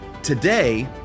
today